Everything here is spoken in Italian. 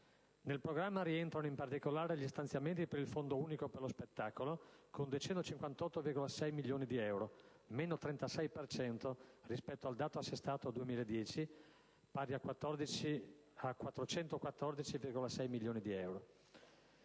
Nel programma rientrano, in particolare, gli stanziamenti per il Fondo unico per lo spettacolo, con 258,6 milioni di euro (meno 36 per cento rispetto al dato assestato 2010, pari a 414,6 milioni di euro).